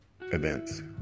events